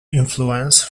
influence